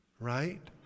Right